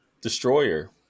Destroyer